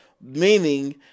meaning